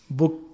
book